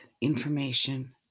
information